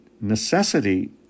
necessity